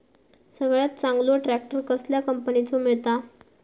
सगळ्यात चांगलो ट्रॅक्टर कसल्या कंपनीचो मिळता?